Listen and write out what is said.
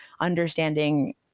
understanding